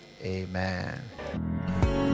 Amen